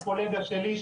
הקולגה שלי,